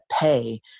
pay